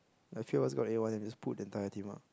my peers also got A one and just pulled the entire team up